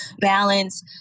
balance